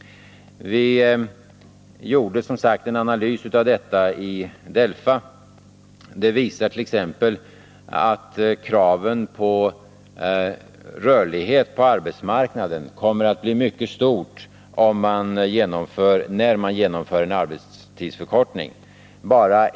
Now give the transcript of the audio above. Vi gjorde som sagt en analys av detta i DELFA. Den visar t.ex. att kravet på rörlighet på arbetsmarknaden kommer att bli mycket stort när man genomför en arbetstidsförkortning.